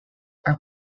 are